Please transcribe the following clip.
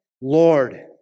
Lord